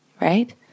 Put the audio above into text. right